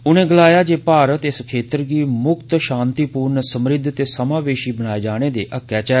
उनें गलाया जे भारत इस क्षेत्र गी मुक्त शांतिपूर्ण समृद्ध ते समावेशी बनाए जाने दे हक्कै इच ऐ